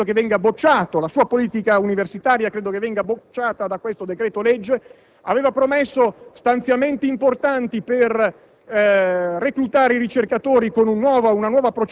venga bocciato; la sua politica universitaria credo che venga bocciata da questo decreto-legge. Aveva promesso stanziamenti importanti per